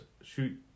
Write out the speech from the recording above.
shoot